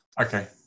Okay